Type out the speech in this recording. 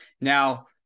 Now